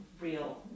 real